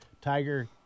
Tiger